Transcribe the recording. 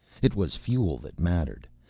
it was fuel that mattered,